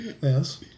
Yes